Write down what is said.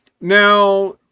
now